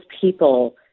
people